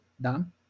Done